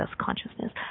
consciousness